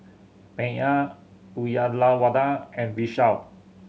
Medha Uyyalawada and Vishal